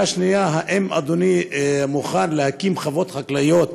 השאלה השנייה, האם אדוני מוכן להקים חוות חקלאיות